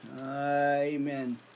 Amen